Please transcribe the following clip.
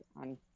on